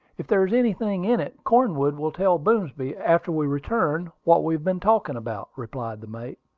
if there is anything in it, cornwood will tell boomsby, after we return, what we have been talking about, replied the mate.